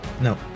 No